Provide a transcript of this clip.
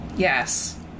Yes